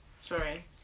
sorry